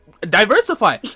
diversify